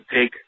take